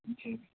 جی